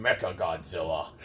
Mechagodzilla